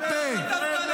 שלח את המילואימניקים לעזאזל.